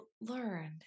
learned